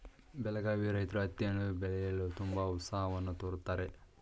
ಬೆಳಗಾವಿ ರೈತ್ರು ಹತ್ತಿಯನ್ನು ಬೆಳೆಯಲು ತುಂಬಾ ಉತ್ಸಾಹವನ್ನು ತೋರುತ್ತಾರೆ